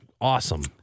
awesome